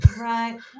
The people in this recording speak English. Right